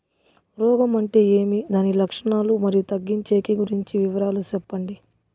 రోగం అంటే ఏమి దాని లక్షణాలు, మరియు తగ్గించేకి గురించి వివరాలు సెప్పండి?